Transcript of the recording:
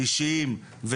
אישיים,